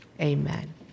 Amen